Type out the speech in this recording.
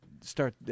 start –